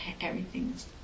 everything's